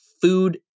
food